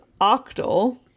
Octal